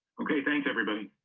okay thanks everybody